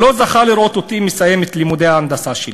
לא זכה לראות אותי מסיים את לימודי ההנדסה שלי,